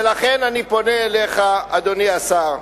ולכן אני פונה אליך, אדוני השר.